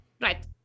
right